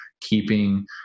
keeping